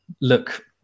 look –